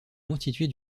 constituée